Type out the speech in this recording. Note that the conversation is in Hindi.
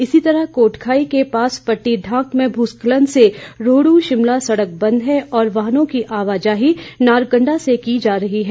इसी तरह कोटखाई के पास पट्टी डांक में भूस्खलन से रोहडू शिमला सड़क बंद है और वाहनों की आवाजाही नारकंडा से की जा रही है